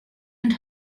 and